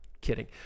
Kidding